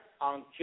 on